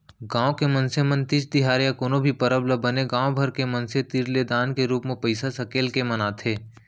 गाँव के मनसे मन तीज तिहार या कोनो भी परब ल बने गाँव भर के मनसे तीर ले दान के रूप म पइसा सकेल के मनाथे